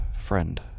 friend